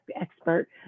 expert